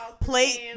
plate